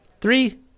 three